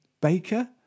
baker